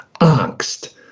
angst